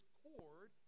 cord